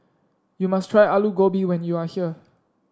you must try Alu Gobi when you are here